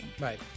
Right